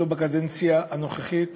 בקדנציה הנוכחית